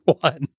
one